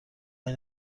این